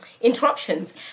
interruptions